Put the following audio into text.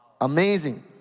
Amazing